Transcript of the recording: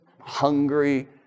hungry